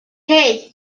hey